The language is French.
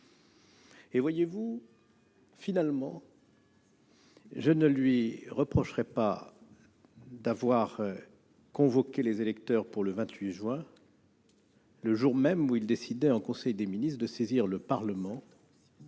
Tout compte fait, je ne lui reprocherai pas d'avoir convoqué les électeurs pour le 28 juin le jour même où il décidait, en conseil des ministres, de saisir le Parlement